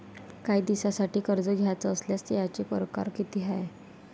कायी दिसांसाठी कर्ज घ्याचं असल्यास त्यायचे परकार किती हाय?